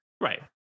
Right